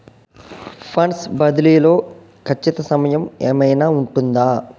Funds బదిలీ లో ఖచ్చిత సమయం ఏమైనా ఉంటుందా?